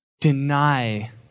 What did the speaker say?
deny